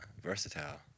versatile